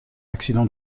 accident